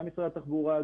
גם משרד התחבורה,